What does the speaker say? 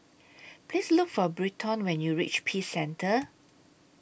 Please Look For Britton when YOU REACH Peace Centre